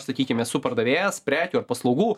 sakykim esu pardavėjas prekių ar paslaugų